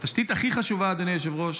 והתשתית הכי חשובה, אדוני היושב-ראש,